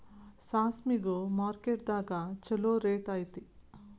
ಸಾಸ್ಮಿಗು ಮಾರ್ಕೆಟ್ ದಾಗ ಚುಲೋ ರೆಟ್ ಐತಿ